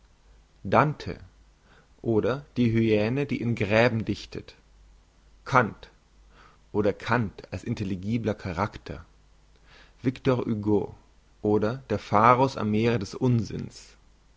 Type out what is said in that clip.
dante oder die hyäne die in gräbern dichtet kant oder cant als intelligibler charakter victor hugo oder der pharus am meere des unsinns